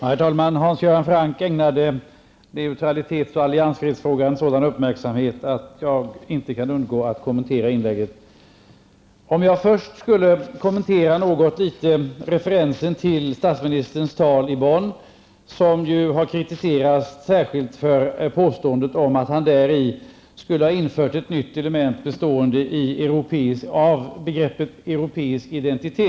Herr talman! Hans Göran Franck ägnade neutralitetsoch alliansfrihetsfrågan sådan uppmärksamhet att jag inte kan undgå att kommentera hans inlägg. Först en kommentar beträffande referensen till statsministerns tal i Bonn, vilket ju har kritiserats särskilt för att, som det påstås, statsministern i detta tal skulle ha infört ett nytt element bestående av begreppet europeisk identitet.